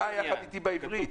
תקרא יחד איתי בעברית.